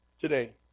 today